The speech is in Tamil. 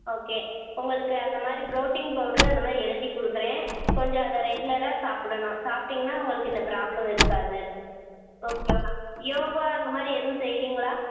ஓகே உங்களுக்கு அந்த மாதிரி ப்ரோட்டின் பவுட்ரும் அந்த மாதிரி எழுதி கொடுக்குறேன் கொஞ்சம் அதை ரெகுலராக சாப்பிடணும் சாப்பிட்டிங்கன்னா உங்களுக்கு இந்த ப்ராப்ளம் இருக்காது ஓகேவா யோகா அந்த மாதிரி எதுவும் செய்கிறிங்களா